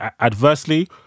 adversely